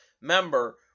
member